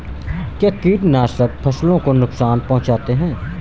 क्या कीटनाशक फसलों को नुकसान पहुँचाते हैं?